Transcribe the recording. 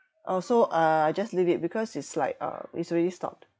oh so uh I just leave it because it's like uh it's already stopped